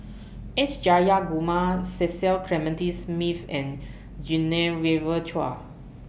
S Jayakumar Cecil Clementi Smith and Genevieve Chua